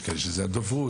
יש כאלה שזה הדוברות,